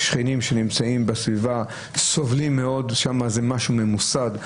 שכנים שנמצאים בסביבה סובלים מאוד כי זה משהו ממוסד,